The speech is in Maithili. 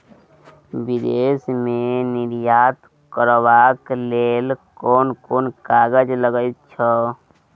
विदेश मे निर्यात करबाक लेल कोन कोन कागज लगैत छै